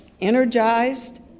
energized